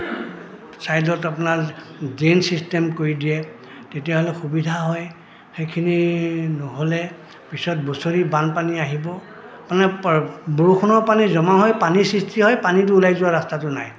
ছাইডত আপোনাৰ drain system কৰি দিয়ে তেতিয়াহ'লে সুবিধা হয় সেইখিনি নহ'লে পিছত বছৰি বানপানী আহিব মানে প বৰষুণৰ পানী জমা হয় পানী সৃষ্টি হয় পানীটো ওলাই যোৱা ৰাস্তাটো নাই